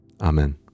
Amen